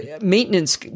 maintenance